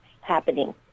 happening